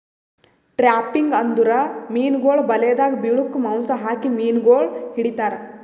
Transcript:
trapping ಅಂದುರ್ ಮೀನುಗೊಳ್ ಬಲೆದಾಗ್ ಬಿಳುಕ್ ಮಾಂಸ ಹಾಕಿ ಮೀನುಗೊಳ್ ಹಿಡಿತಾರ್